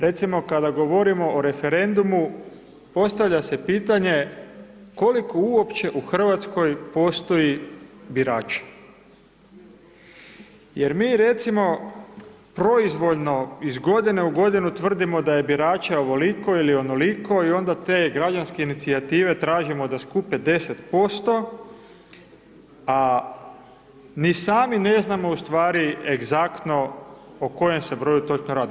Recimo, kada govorimo o referendumu, postavlja se pitanje koliko uopće u Hrvatskoj postoji birača jer mi, recimo proizvoljno iz godine u godinu tvrdimo da je birača ovoliko ili onoliko i onda te građanske inicijative tražimo da skupe 10%, a ni sami ne znamo ustvari egzaktno o kojem se broju točno radi.